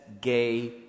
gay